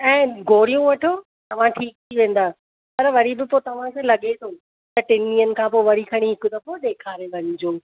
ऐं गोरियूं वठो तव्हां ठीकु थी वेन्दा पर वरी बि पोइ तव्हांखे लॻे थो त टिनि ॾींहंनि खां पोइ वरी खणी हिक दफ़ो डे॒खारे वञिजो